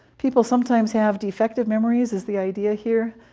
people sometimes have defective memories, is the idea here.